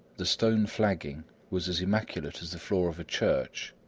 the stone flagging was as immaculate as the floor of a church.